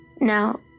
Now